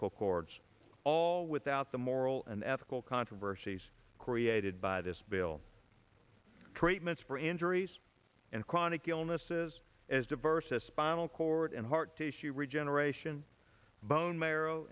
cords all without the moral and ethical controversies created by this bill treatments for injuries and chronic illnesses as diverse as spinal cord and heart tissue regeneration bone marrow